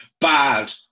bad